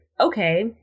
okay